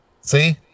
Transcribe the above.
see